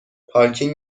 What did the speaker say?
پارکینگ